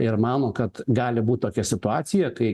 ir mano kad gali būt tokia situacija kai